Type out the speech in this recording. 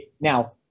Now